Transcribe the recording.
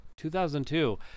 2002